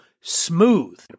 smooth